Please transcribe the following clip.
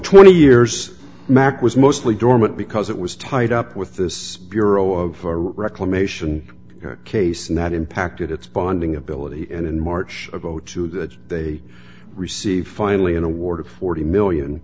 twenty years mack was mostly dormant because it was tied up with this bureau of reclamation case and that impacted its bonding ability and in march of two that they received finally an award of forty million